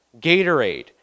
Gatorade